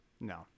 No